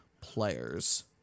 players